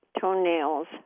toenails